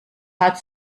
hat